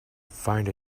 find